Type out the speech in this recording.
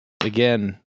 Again